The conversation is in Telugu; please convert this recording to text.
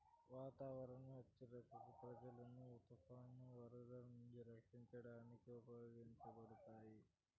వాతావరణ హెచ్చరికలు ప్రజలను తుఫానులు, వరదలు నుంచి రక్షించడానికి ఉపయోగించబడతాయి